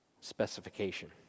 specification